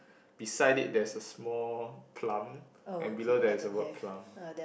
beside it there's a small plum and below there is the word plum